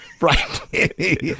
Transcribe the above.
right